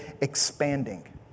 expanding